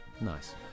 Nice